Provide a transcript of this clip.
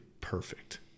perfect